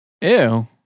Ew